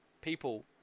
people